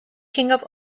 things